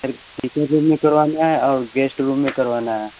sir kitchen room में करवाना है और गेश्ट रूम में करवाना है